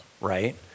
right